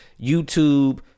YouTube